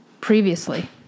previously